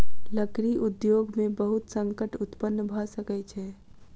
लकड़ी उद्योग में बहुत संकट उत्पन्न भअ सकै छै